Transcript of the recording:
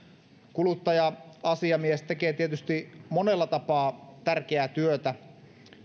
kuluttaja asiamies tekee tietysti monella tapaa tärkeää työtä